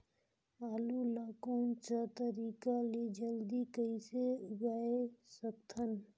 आलू ला कोन सा तरीका ले जल्दी कइसे उगाय सकथन?